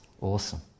Awesome